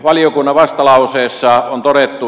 valiokunnan vastalauseessa on todettu